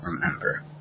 remember